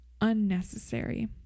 unnecessary